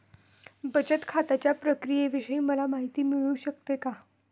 बचत खात्याच्या प्रक्रियेविषयी मला माहिती मिळू शकते का?